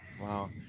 Wow